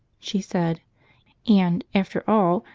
she said and, after all,